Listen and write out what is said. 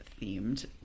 themed